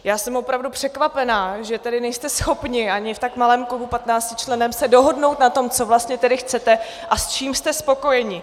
Já jsem opravdu překvapená, že tedy nejste schopni ani v tak malém klubu, patnáctičlenném, se dohodnout na tom, co vlastně tedy chcete a s čím jste spokojeni.